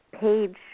page